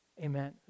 Amen